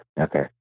Okay